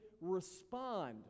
respond